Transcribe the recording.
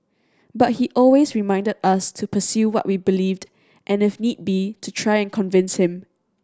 but he always reminded us to pursue what we believed and if need be to try and convince him